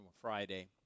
friday